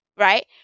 right